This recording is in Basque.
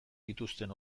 dituzten